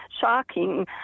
shocking